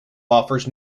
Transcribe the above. offers